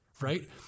right